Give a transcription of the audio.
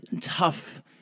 tough